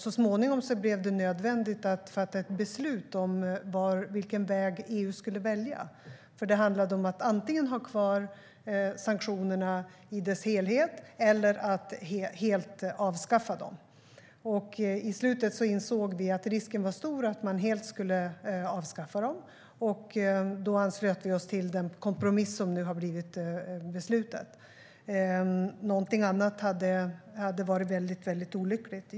Så småningom blev det nödvändigt att fatta ett beslut om vilken väg EU skulle välja. Det handlade om att antingen ha kvar sanktionerna i dess helhet eller att helt avskaffa dem. Till slut insåg vi att risken var stor att man helt skulle avskaffa dem. Då anslöt vi oss till den kompromiss som nu har blivit beslutad. Någonting annat hade varit olyckligt.